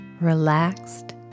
Relaxed